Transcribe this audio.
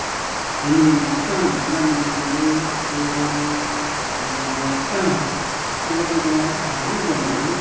अनि भाँडा मोलिदिन्छु कहिले कहीँ अनि अब कहिले कहीँ त म आफै खाना पनि बनाउँछु